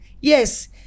yes